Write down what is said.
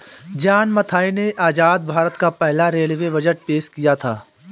John Mathai ने आजाद भारत का पहला रेलवे बजट पेश किया था